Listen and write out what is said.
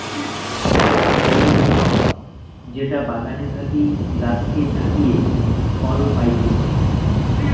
আক গরীব ছাওয়া যেটা বাগানে থাকি গাছকে ঝাকিয়ে ফল পাইচুঙ